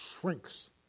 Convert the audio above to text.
shrinks